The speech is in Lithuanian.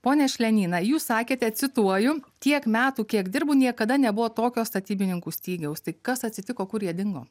pone šlenį na jūs sakėte cituoju tiek metų kiek dirbu niekada nebuvo tokio statybininkų stygiaus tai kas atsitiko kur jie dingo